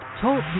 Talk